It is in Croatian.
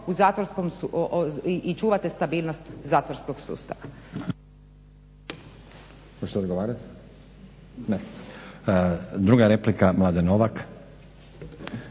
i čuvate stabilnost zatvorskog sustava.